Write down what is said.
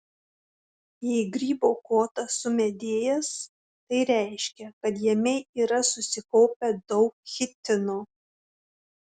jei grybo kotas sumedėjęs tai reiškia kad jame yra susikaupę daug chitino